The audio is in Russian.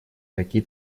какие